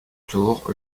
tour